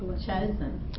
Chosen